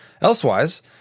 Elsewise